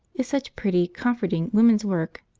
is such pretty, comforting woman's work.